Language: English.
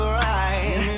right